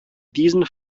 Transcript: diesen